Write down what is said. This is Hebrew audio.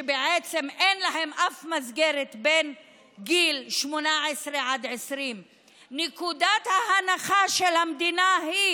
שבעצם אין להם אף מסגרת מגיל 18 עד 20. ההנחה של המדינה היא